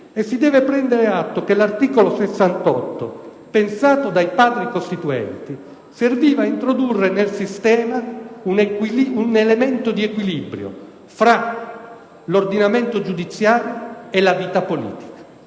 si deve prendere atto che l'articolo 68, pensato dai Padri costituenti, serviva a introdurre nel sistema un elemento di equilibrio fra l'ordinamento giudiziario e la vita politica.